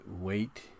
wait